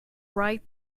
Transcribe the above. right